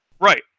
Right